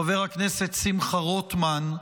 חבר הכנסת שמחה רוטמן,